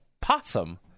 possum